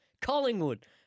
Collingwood